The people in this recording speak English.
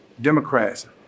Democrats